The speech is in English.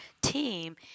team